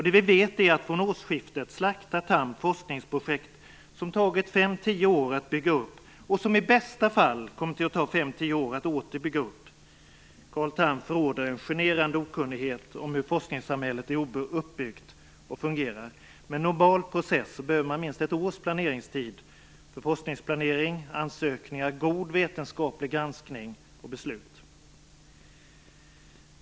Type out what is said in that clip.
Det vi vet är att Tham från årsskiftet slaktar forskningsprojekt som tagit 5-10 år att bygga upp och som i bästa kommer att ta 5-10 år att åter bygga upp. Carl Tham förråder en genererande okunnighet om hur forskningssamhället är uppbyggt och fungerar. Med en normal process behöver man minst ett års planeringstid för forskningsplanering, ansökningar, god vetenskaplig granskning och beslut.